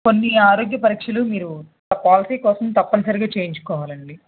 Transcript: కొన్ని ఆరోగ్య పరీక్షలు మీరు ఆ పాలసీ కోసం తప్పనిసరిగా చెయ్యించుకోవాలండి